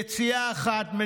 יציאה אחת.